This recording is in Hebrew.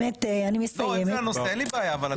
אם זה על הנושא, אין לי בעיה.